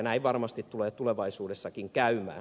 näin varmasti tulee tulevaisuudessakin käymään